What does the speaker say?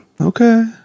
Okay